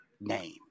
name